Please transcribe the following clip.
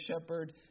shepherd